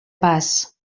pas